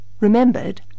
Remembered